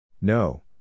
No